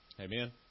Amen